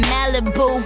Malibu